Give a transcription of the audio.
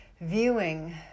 viewing